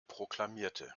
proklamierte